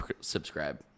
subscribe